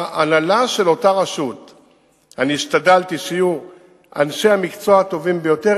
בהנהלה של אותה רשות השתדלתי שיהיו אנשי המקצוע הטובים ביותר,